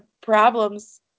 problems